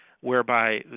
whereby